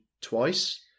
twice